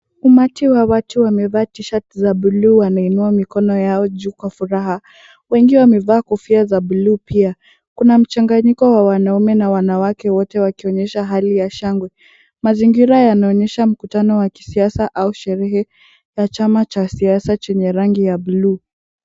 Umati wa watu wamevaa tishirts za bluu wameinua mikono yao juu kwa furaha, wengi wamevaa kofia za bluu pia, kuna mchanganyiko wa wanaume na wanawake wote wakionyesha hali ya shangwe, mazingira yanaonyesha mkutano wa kisiasa au sherehe za chama cha siasa chenye rangi ya bluu.